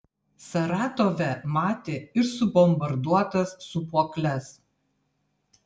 saratove matė ir subombarduotas sūpuokles